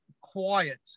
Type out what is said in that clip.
quiet